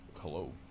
hello